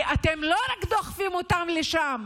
כי לא רק שאתם דוחפים אותם לשם,